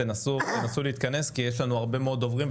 תנסו להתכנס כי יש לנו הרבה דוברים.